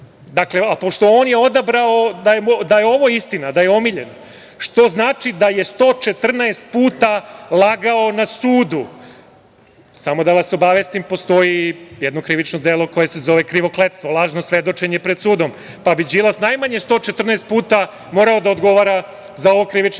i vređaju. Pošto je on odabrao da je ovo istina, da je omiljen, to znači da je 114 puta lagao na sudu. Samo da vas obavestim da postoji jedno krivično delo koje se zove krivokletstvo, lažno svedočenje pred sudom, pa bi Đilas najmanje 114 puta morao da odgovara za ovo krivično delo. Iz